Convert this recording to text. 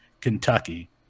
Kentucky